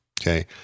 Okay